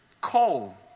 coal